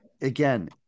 again